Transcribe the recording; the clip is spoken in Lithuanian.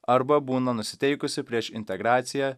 arba būna nusiteikusi prieš integraciją